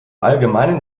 allgemeinen